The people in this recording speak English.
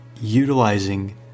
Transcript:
utilizing